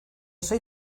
soy